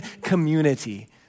community